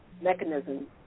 mechanism